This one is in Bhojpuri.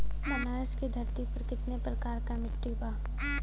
बनारस की धरती पर कितना प्रकार के मिट्टी बा?